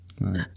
right